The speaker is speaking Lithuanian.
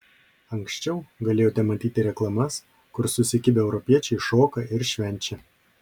anksčiau galėjote matyti reklamas kur susikibę europiečiai šoka ir švenčia